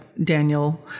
Daniel